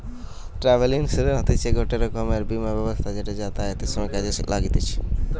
travel insurance হতিছে গটে রকমের বীমা ব্যবস্থা যেটা যাতায়াতের সময় কাজে লাগতিছে